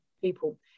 people